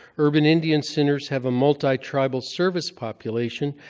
urban indian centers have a multi-tribal service population.